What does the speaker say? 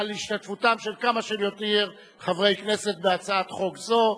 להשתתפותם של כמה שיותר חברי כנסת בהצעת חוק זו.